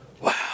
Wow